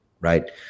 right